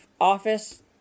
office